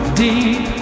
deep